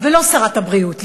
ולא שרת הבריאות לשעבר,